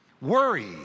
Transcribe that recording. Worry